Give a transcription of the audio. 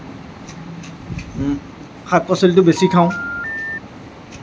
শাক পাচলিটো বেছি খাওঁ